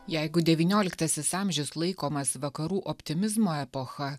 jeigu devynioliktasis amžius laikomas vakarų optimizmo epocha